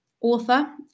author